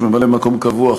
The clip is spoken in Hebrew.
ממלא-מקום קבוע,